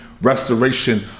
restoration